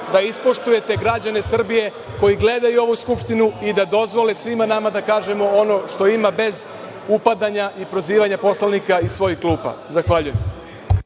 da ispoštujete građane Srbije koji gledaju ovu Skupštinu i da dozvole svima nama da kažemo ono što imamo, bez upadanja i prozivanja poslanika iz svojih klupa. Zahvaljujem.